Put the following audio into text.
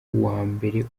uwambere